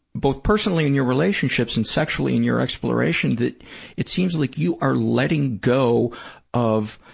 both personally in your relationships and sexually in your exploration, that it seems like you are letting go of